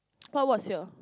what was your